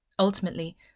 Ultimately